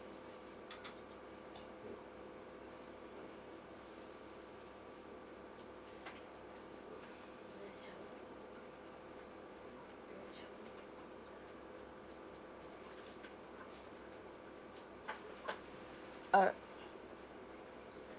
uh